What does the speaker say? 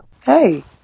hey